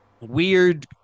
weird